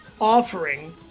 offering